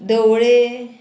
दवळे